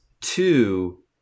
two